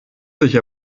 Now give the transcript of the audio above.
sich